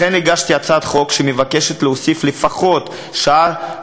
לכן הגשתי הצעת חוק שמבקשת להוסיף לפחות שעת